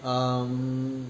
um